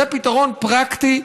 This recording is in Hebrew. זה פתרון פרקטי,